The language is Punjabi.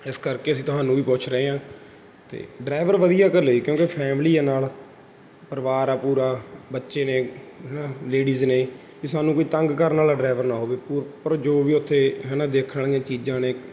ਇਸ ਕਰਕੇ ਅਸੀਂ ਤੁਹਾਨੂੰ ਵੀ ਪੁੱਛ ਰਹੇ ਹਾਂ ਅਤੇ ਡਰਾਈਵਰ ਵਧੀਆ ਘੱਲਿਓ ਜੀ ਕਿਉਂਕਿ ਫੈਮਲੀ ਆ ਨਾਲ ਪਰਿਵਾਰ ਆ ਪੂਰਾ ਬੱਚੇ ਨੇ ਹੈ ਨਾ ਲੇਡੀਜ਼ ਨੇ ਵੀ ਸਾਨੂੰ ਕੋਈ ਤੰਗ ਕਰਨ ਵਾਲਾ ਡਰਾਈਵਰ ਨਾ ਹੋਵੇ ਪੂ ਪਰ ਜੋ ਵੀ ਉੱਥੇ ਹੈ ਨਾ ਦੇਖਣ ਵਾਲੀਆ ਚੀਜ਼ਾਂ ਨੇ